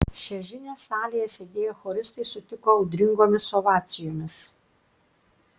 šią žinią salėje sėdėję choristai sutiko audringomis ovacijomis